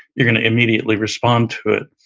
you're gonna immediately respond to it.